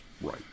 right